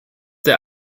der